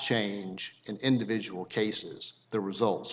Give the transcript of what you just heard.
change in individual cases the results